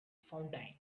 fountain